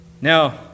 Now